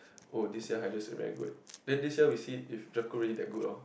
oh this year Hydra say very good then this year we see if Drako really that good lor